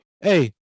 hey